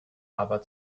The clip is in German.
aber